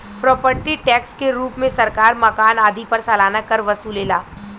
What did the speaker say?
property tax के रूप में सरकार मकान आदि पर सालाना कर वसुलेला